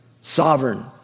sovereign